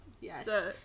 Yes